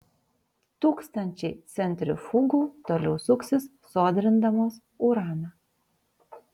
tūkstančiai centrifugų toliau suksis sodrindamos uraną